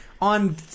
on